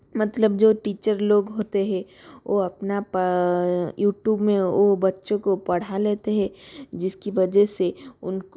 मतलब जो टीचर लोग होते है वो अपना पा यूट्यूब में ओ बच्चों को पढ़ा लेते हैं जिसकी वजह से उन